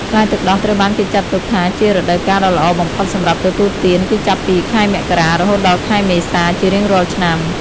ផ្លែទឹកដោះត្រូវបានគេចាត់ទុកថាជារដូវកាលដ៏ល្អបំផុតសម្រាប់ទទួលទានគឺចាប់ពី ខែមករា រហូតដល់ខែមេសា ជារៀងរាល់ឆ្នាំ។